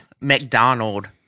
McDonald